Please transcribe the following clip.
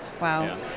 Wow